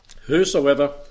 Whosoever